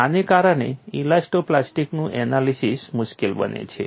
આને કારણે ઇલાસ્ટો પ્લાસ્ટિકનું એનાલિસીસ મુશ્કેલ બને છે